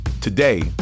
Today